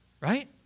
Right